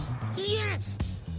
Yes